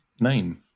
name